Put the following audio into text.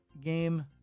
game